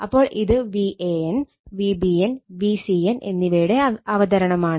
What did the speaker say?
അപ്പോൾ ഇത് VAN VBN VCN എന്നിവയുടെ അവതരണമാണ്